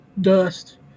dust